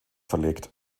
verlegt